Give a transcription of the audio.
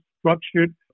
structured